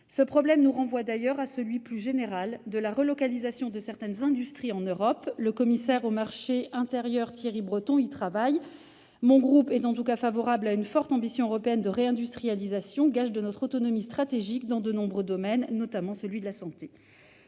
Ce problème nous renvoie d'ailleurs à celui, plus général, de la relocalisation de certaines industries en Europe. Le commissaire au marché intérieur, Thierry Breton, y travaille. Mon groupe est en tout cas favorable à une forte ambition européenne de réindustrialisation, gage de notre autonomie stratégique dans de nombreux domaines, notamment celui de la santé.